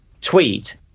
tweet